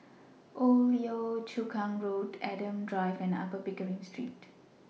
Old Yio Chu Kang Road Adam Drive and Upper Pickering Street